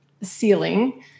ceiling